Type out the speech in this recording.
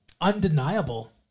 Undeniable